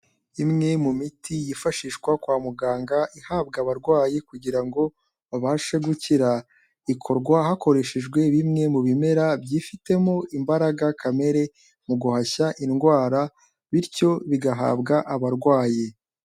Imwe mu miti yifashishwa kwa muganga ihabwa abarwayi kugira ngo babashe gukira, ikorwa hakoreshejwe bimwe mu bimera byifitemo imbaraga kamere, mu guhashya indwara, bityo bigahabwa abarwayi.